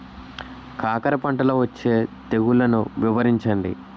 కాకర పంటలో వచ్చే తెగుళ్లను వివరించండి?